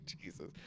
Jesus